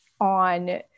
on